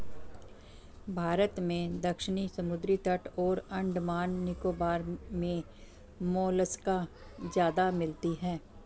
भारत में दक्षिणी समुद्री तट और अंडमान निकोबार मे मोलस्का ज्यादा मिलती है